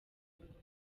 ingofero